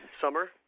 summer